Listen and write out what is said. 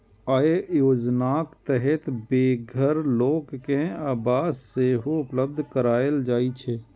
अय योजनाक तहत बेघर लोक कें आवास सेहो उपलब्ध कराएल जाइ छै